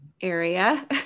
area